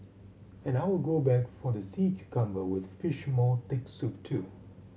and I'll go back for the sea cucumber with fish maw thick soup too